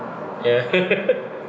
ya